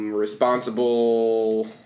Responsible